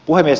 puhemies